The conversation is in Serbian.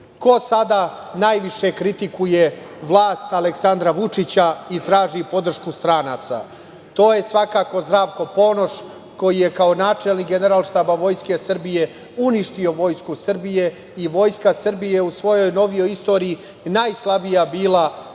sada najviše kritikuje vlast Aleksandra Vučića i traži podršku stranaca? To je svakako Zdravko Ponoš, koji je kao načelnik Generalštaba Vojske Srbije uništio Vojsku Srbije i Vojska Srbije u svojoj novijoj istoriji je najslabija bila kada